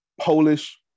Polish